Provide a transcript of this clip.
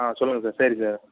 ஆ சொல்லுங்கள் சார் சரி சார்